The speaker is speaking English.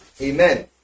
Amen